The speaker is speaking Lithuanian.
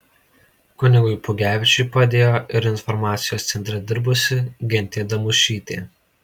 kunigui pugevičiui padėjo ir informacijos centre dirbusi gintė damušytė